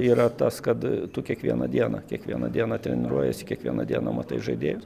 yra tas kad tu kiekvieną dieną kiekvieną dieną treniruojiesi kiekvieną dieną matai žaidėjus